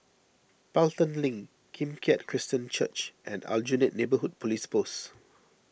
Pelton Link Kim Keat Christian Church and Aljunied Neighbourhood Police Post